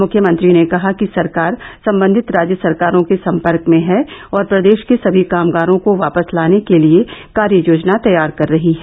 मुख्यमंत्री ने कहा कि सरकार संबंधित राज्य सरकारों के संपर्क में है और प्रदेश के सभी कामगारों को वापस लाने के लिए कार्ययोजना तैयार कर रही है